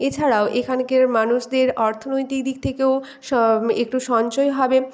এছাড়াও এখানকার মানুষদের অর্থনৈতিক দিক থেকেও স একটু সঞ্চয় হবে